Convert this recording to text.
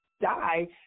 die